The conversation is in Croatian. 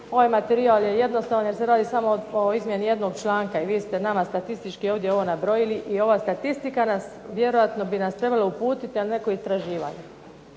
ovaj materijal je jednostavan jer se radi samo o izmjeni jednog članka i vi ste nama statistički ovdje ovo nabrojili i ova statistika bi vjerojatno nas trebala uputiti na neko istraživanja.